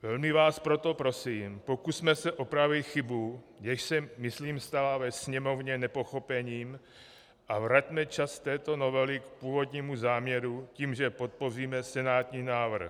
Velmi vás proto prosím, pokusme se opravit chybu, jež se myslím stala ve Sněmovně nepochopením, a vraťme čas této novely k původnímu záměru tím, že podpoříme senátní návrh.